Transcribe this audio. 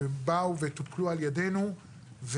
שבאו וטופלו על ידינו,